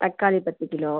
தக்காளி பத்து கிலோ